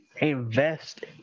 invest